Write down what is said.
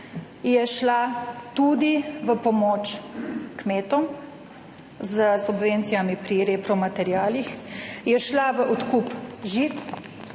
je šla tudi v pomoč kmetom s subvencijami pri repromaterialih, je šla v odkup žit